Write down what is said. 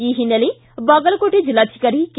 ಈ ಹಿನ್ನೆಲೆ ಬಾಗಲಕೋಟೆ ಜಿಲ್ಲಾಧಿಕಾರಿ ಕೆ